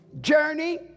journey